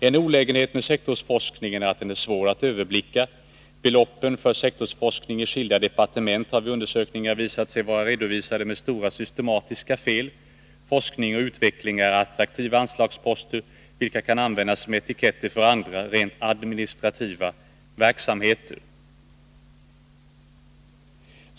En olägenhet med sektorsforskningen är att den är svår att överblicka. Beloppen för sektorsforskning i skilda departement har vid undersökningar visat sig vara redovisade med stora systematiska fel. Forskning och utveckling är attraktiva anslagsposter, vilka kan användas som etiketter för andra, rent administrativa verksamheter.